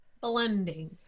Blending